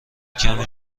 کمی